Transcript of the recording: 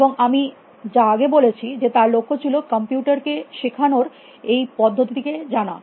এবং আমি যা আগে বলেছি যে তার লক্ষ্য ছিল কম্পিউটার কে শেখানোর এই পদ্ধতি কে জানা